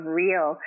real